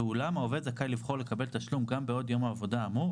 ואולם העובד זכאי לבחור לקבל תשלום גם בעד יום העבודה האמור,